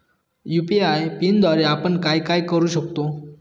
UPI पिनद्वारे आपण काय काय करु शकतो?